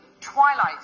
twilight